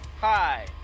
Hi